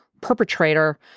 perpetrator